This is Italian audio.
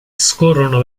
scorrono